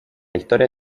historia